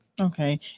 okay